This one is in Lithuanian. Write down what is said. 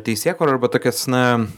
teisėkūrą arba tokias na